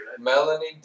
Melanie